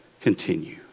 continue